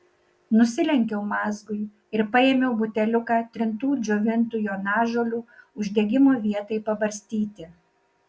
nusilenkiau mazgui ir paėmiau buteliuką trintų džiovintų jonažolių uždegimo vietai pabarstyti